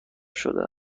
شده